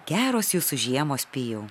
geros jūsų žiemos pijau